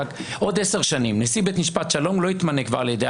עוד עשר שנים נשיא בית משפט שלום לא יתמנה כבר על ידי